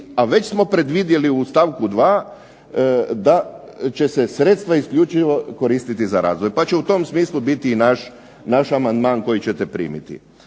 a već smo predvidjeli u stavku 2. da će se sredstva isključivo koristiti za razvoj, pa će u tom smislu biti i naš amandman koji ćete primiti.